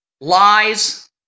lies